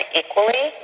equally